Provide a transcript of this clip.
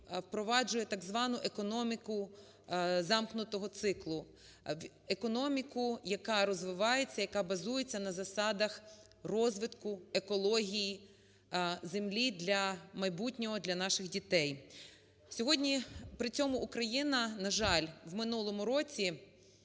впроваджує так звану економіку замкнутого циклу, економіку, яка розвивається, яка базується на засадах розвитку екології землі для майбутнього, для наших дітей. При цьому Україна, на жаль, в минулому році